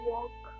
Walk